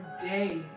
day